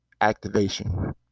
activation